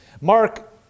Mark